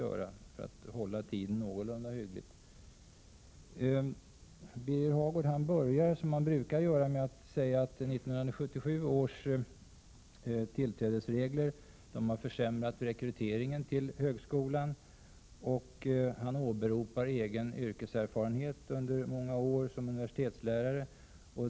Birger Hagård börjar som han brukar, nämligen med att säga att 1977 års tillträdesregler har försämrat rekryteringen till högskolan. Som stöd för sin uppfattning åberopar han egen mångårig yrkeserfarenhet som universitetslärare.